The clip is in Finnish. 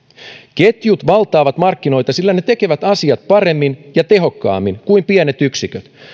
ketjut valtaavat markkinoita sillä ne tekevät asiat paremmin ja tehokkaammin kuin pienet yksiköt